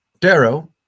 Darrow